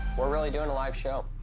we're really doing a live show.